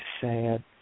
sad